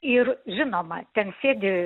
ir žinoma ten sėdi